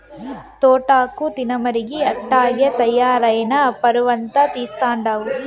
తోటాకు తినమరిగి అట్టాగే తయారై నా పరువంతా తీస్తండావు